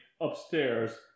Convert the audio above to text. upstairs